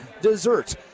dessert